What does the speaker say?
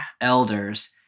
elders